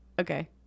Okay